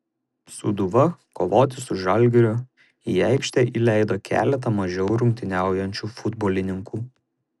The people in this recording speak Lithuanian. sūduva kovoti su žalgiriu į aikštę įleido keletą mažiau rungtyniaujančių futbolininkų